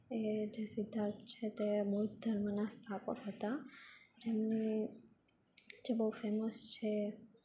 એ જે સિદ્ધાર્થ છે તે બૌદ્ધ ધર્મના સ્થાપક હતા જેમની જે બહુ ફેમસ છે